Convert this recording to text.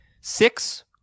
Six